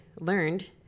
learned